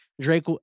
Drake